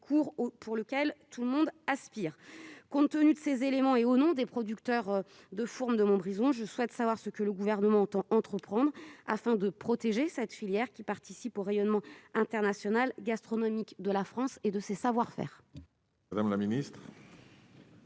nous aspirons pourtant tous. Compte tenu de ces éléments, et au nom des producteurs de fourme de Montbrison, je souhaite savoir ce que le Gouvernement entend entreprendre, afin de protéger cette filière qui participe au rayonnement international de la gastronomie et des savoir-faire